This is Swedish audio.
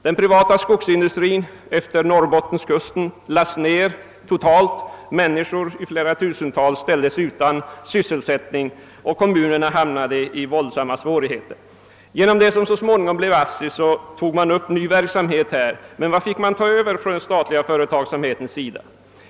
Den privata skogsindustrin utefter norrbottenskusten lades totalt ned, människor i flera tusental ställdes utan sysselsättning och kommunerna hamnade i våldsamma svårigheter. Genom det som så småningom blev ASSI togs verksamheten i Norrbotten upp på nytt. Vad fick då den statliga företagsamheten ta över?